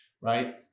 right